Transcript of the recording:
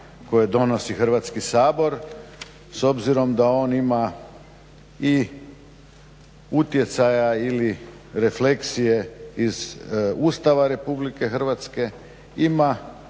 koje donosi Hrvatski sabor s obzirom da on ima i utjecaja ili refleksije iz Ustava RH, ima